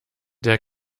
der